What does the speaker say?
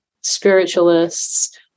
spiritualists